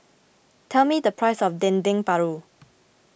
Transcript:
tell me the price of Dendeng Paru